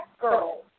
girls